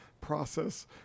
process